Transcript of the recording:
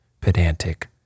pedantic